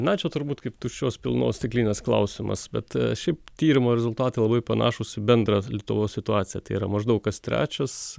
na čia turbūt kaip tuščios pilnos stiklinės klausimas bet šiaip tyrimo rezultatai labai panašūs į bendrą lietuvos situaciją tai yra maždaug kas trečias